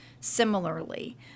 similarly